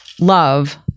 love